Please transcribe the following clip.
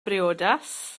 briodas